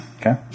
Okay